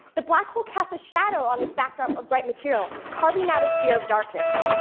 the black hole casts a shadow on this backdrop of bright material, carving out a sphere of darkness.